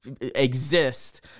exist